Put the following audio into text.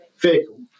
vehicle